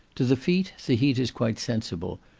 to the feet the heat is quite sensible,